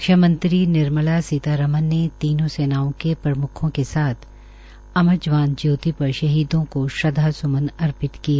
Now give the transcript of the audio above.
रक्षा मंत्री निर्माला सीतारमण ने तीनों सेनाओं के प्रम्खों के साथ अमर जवान ज्योति पर शहीदों को श्रद्वास्मन अर्पित किए